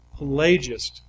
Pelagist